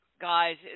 Guys